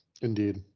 Indeed